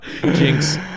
Jinx